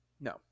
No